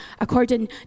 according